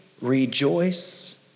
Rejoice